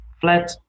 flat